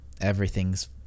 everything's